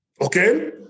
Okay